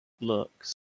looks